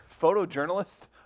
photojournalist